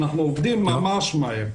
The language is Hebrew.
אנחנו עובדים ממש מהר.